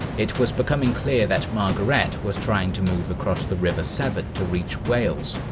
it was becoming clear that margaret was trying to move across the river severn to reach wales,